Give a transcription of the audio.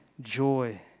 joy